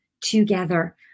together